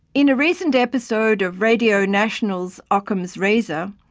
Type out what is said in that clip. in a recent episode of radio national's ockham's razor,